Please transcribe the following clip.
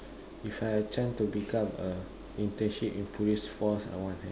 if I have chance to become a internship in police force I want have